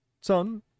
son